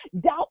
doubt